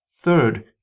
Third